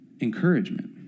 encouragement